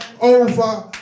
over